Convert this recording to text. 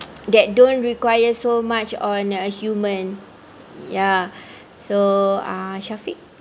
that don't require so much on a human ya so uh shafiq